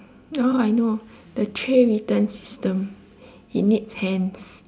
oh I know the tray return systems it needs hands